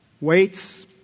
Weights